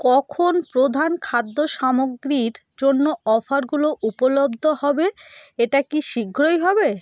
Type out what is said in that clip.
কখন প্রধান খাদ্য সামগ্রীর জন্য অফারগুলো উপলব্ধ হবে এটা কি শীঘ্রই হবে